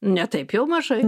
ne taip jau mažai